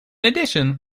addition